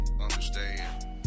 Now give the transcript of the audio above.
understand